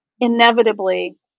inevitably